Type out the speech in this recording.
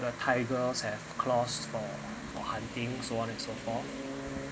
the tigers have claws for hunting so on and so forth